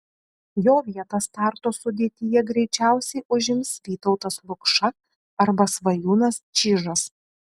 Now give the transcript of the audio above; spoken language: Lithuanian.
jo vietą starto sudėtyje greičiausiai užims vytautas lukša arba svajūnas čyžas